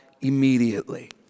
immediately